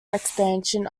expansion